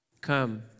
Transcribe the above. Come